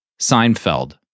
seinfeld